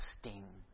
sting